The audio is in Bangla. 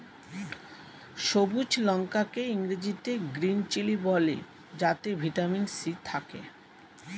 সবুজ লঙ্কা কে ইংরেজিতে গ্রীন চিলি বলে যাতে ভিটামিন সি থাকে